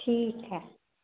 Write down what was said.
ठीक है